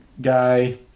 guy